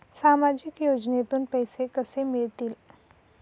सामाजिक योजनेतून पैसे कसे मिळतील?